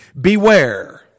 Beware